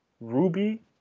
Ruby